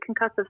concussive